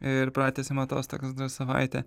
ir pratęsėm atostogas dar savaitę